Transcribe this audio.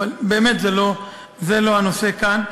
אבל באמת זה לא הנושא כאן.